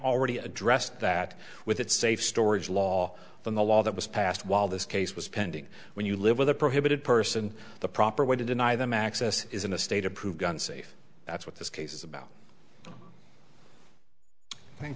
already addressed that with its safe storage law on the law that was passed while this case was pending when you live with a prohibited person the proper way to deny them access is in a state approved gun safe that's what this case is about thank